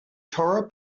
torah